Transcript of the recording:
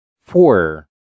Four